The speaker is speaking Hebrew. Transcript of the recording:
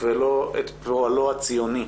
ולא את פועלו הציוני.